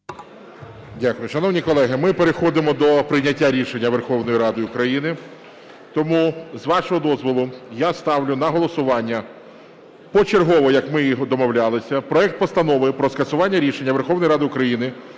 Дякую. Шановні колеги, ми переходимо до прийняття рішення Верховної Ради України. Тому з вашого дозволу я ставлю на голосування, почергово як ми і домовлялися, проект Постанови про скасування рішення Верховної Ради України,